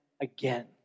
again